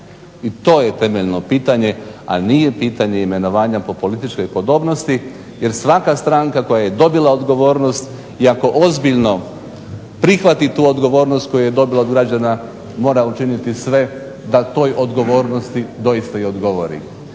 I to je temeljno pitanje, a nije pitanje imenovanja po političkoj podobnosti jer svaka stranka koja je dobila odgovornost i ako ozbiljno prihvati tu odgovornost koju je dobila od građana mora učiniti sve da toj odgovornosti doista i odgovori.